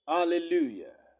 Hallelujah